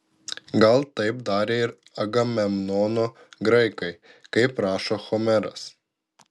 gal taip darė ir agamemnono graikai kaip rašo homeras